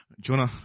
Jonah